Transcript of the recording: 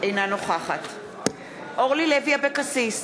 בעד אורלי לוי אבקסיס,